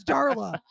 Darla